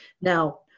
Now